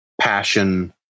passion